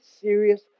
serious